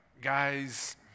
guys